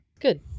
Good